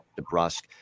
DeBrusque